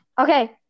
Okay